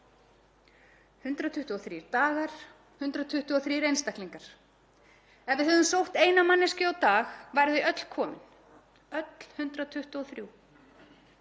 123 dagar, 123 einstaklingar. Ef við hefðum sótt eina manneskju á dag væru þau öll komin, öll 123.